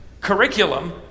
curriculum